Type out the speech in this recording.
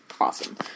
Awesome